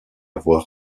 avoir